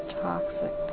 toxic